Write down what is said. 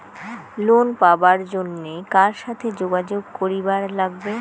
Loan পাবার জন্যে কার সাথে যোগাযোগ করিবার লাগবে?